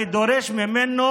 ותוך כדי כך אנחנו מקדמים תוכניות